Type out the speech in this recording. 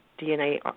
DNA